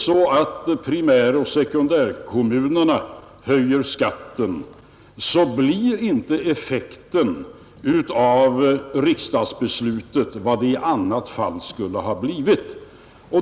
Om primäroch sekundärkommunerna höjer skatten blir effekten av riksdagsbeslutet inte vad den i annat fall skulle ha blivit.